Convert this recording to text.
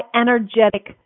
energetic